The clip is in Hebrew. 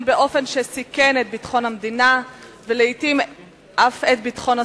באופן שסיכן את ביטחון המדינה ולעתים אף את ביטחון הסוכן.